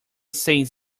saying